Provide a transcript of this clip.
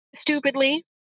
stupidly